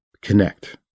connect